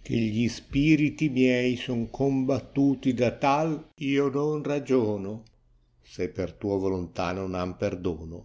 che gli spinti miei son combattati da tal ph io non ragiono se per taa tofontà non han perdono